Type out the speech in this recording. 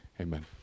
amen